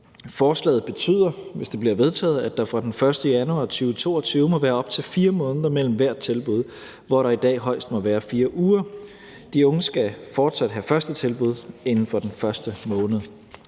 bliver vedtaget, at der fra den 1. januar 2022 må være op til 4 måneder mellem hvert tilbud, hvor der i dag højst må være 4 uger. De unge skal fortsat have første tilbud inden for den første måned.